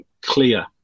clear